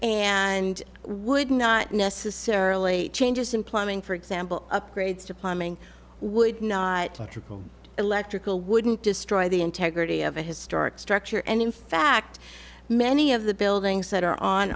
and would not necessarily changes in plumbing for example upgrades to plumbing would not trickle electrical wouldn't destroy the integrity of a historic structure and in fact many of the buildings that are on